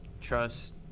trust